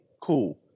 cool